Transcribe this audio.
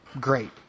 Great